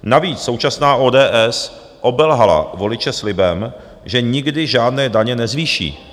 Navíc současná ODS obelhala voliče slibem, že nikdy žádné daně nezvýší.